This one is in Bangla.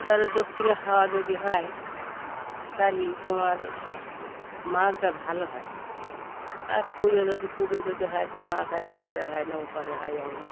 ধর দক্ষিণে হাওয়া যদি হয় তাহলে তোমার মাছটা ভালো হয় আর পূবে যদি পূবে যদি হয় তা মাছ আর এপারে হয় না ওপারে হয় এমন